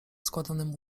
składanym